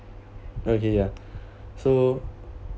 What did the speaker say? okay ya so